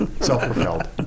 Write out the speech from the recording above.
Self-propelled